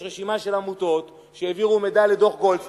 יש רשימה של עמותות שהעבירו מידע לדוח-גולדסטון.